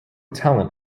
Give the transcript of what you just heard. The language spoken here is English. talent